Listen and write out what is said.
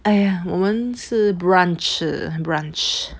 !aiya! 我们吃 brunch 吃 brunch